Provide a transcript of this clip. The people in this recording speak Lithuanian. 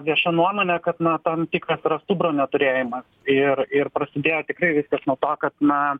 vieša nuomone kad na tam tikras yra stuburo neturėjimas ir ir prasidėjo tikrai viskas nuo to kad na